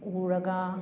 ꯎꯔꯒ